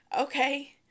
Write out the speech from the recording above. okay